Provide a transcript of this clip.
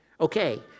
Okay